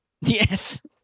Yes